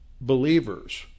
believers